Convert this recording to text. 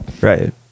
Right